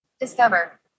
Discover